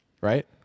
right